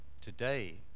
today